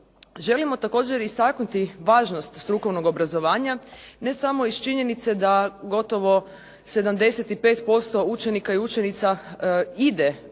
Želimo također istaknuti važnost strukovnog obrazovanja, ne samo iz činjenice da gotovo 75% učenika i učenica ide